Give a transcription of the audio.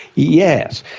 yes.